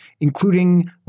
including